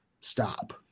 stop